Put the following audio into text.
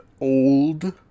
old